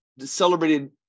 celebrated